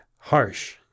Harsh